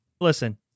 listen